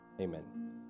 Amen